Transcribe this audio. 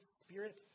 spirit